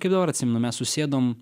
kaip dabar atsimenu mes susėdom